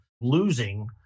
losing